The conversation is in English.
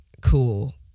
cool